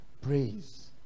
praise